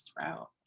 route